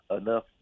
enough